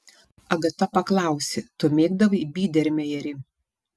agata paklausė tu mėgdavai bydermejerį